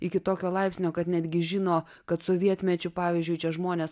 iki tokio laipsnio kad netgi žino kad sovietmečiu pavyzdžiui čia žmonės